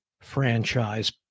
franchise